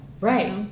Right